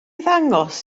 ddangos